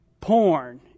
porn